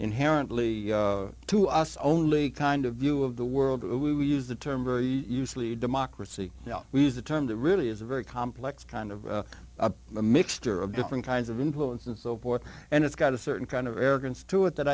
inherently to us only kind of view of the world we use the term usually democracy we use the term that really is a very complex kind of mixture of different kinds of influence and so forth and it's got a certain kind of arrogance to it that